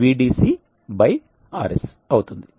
Vdc RS అవుతుంది